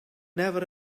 never